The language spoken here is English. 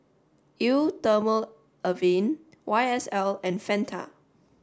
Eau Thermale Avene Y S L and Fanta